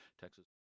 Texas